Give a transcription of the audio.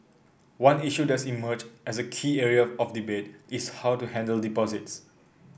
one issue that's emerged as a key area of debate is how to handle deposits